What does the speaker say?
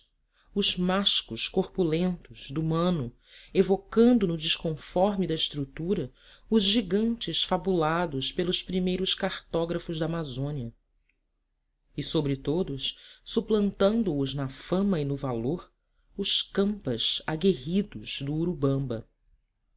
os mashcos corpulentos do mano evocando no desconforme da estatura os gigantes fabulados pelos primeiros cartógrafos da amazônia e sobre todos suplantando os na fama e no valor os campas aguerridos do urubamba